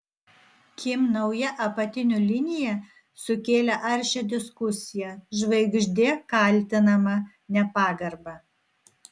kim nauja apatinių linija sukėlė aršią diskusiją žvaigždė kaltinama nepagarba